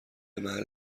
محل